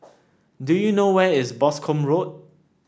do you know where is Boscombe Road